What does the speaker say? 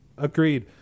Agreed